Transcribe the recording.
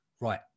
right